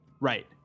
Right